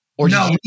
No